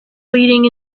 leading